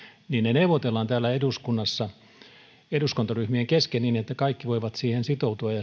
neuvotellaan täällä eduskunnassa eduskuntaryhmien kesken niin että kaikki voivat siihen sitoutua ja